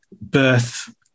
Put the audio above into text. birth